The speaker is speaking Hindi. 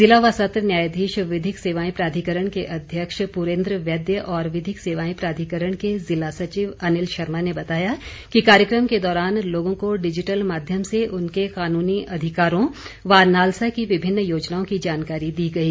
जिला व सत्र न्यायाधीश विधिक सेवाएं प्राधिकरण के अध्यक्ष प्रेन्द्र वैद्य और विधिक सेवाएं प्राधिकरण के ज़िला सचिव अनिल शर्मा ने बताया कि कार्यक्रम के दौरान लोगों को डिजिटल माध्यम से उनके कानूनी अधिकारों व नालसा की विभिन्न योजनाओं की जानकारी दी गई